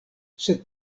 sed